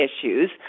issues